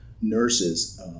nurses